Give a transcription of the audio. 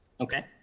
Okay